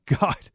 God